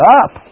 up